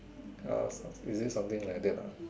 uh is just something like that lah